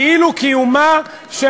כאילו קיומה,